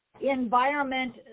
environment